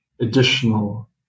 additional